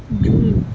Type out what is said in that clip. جی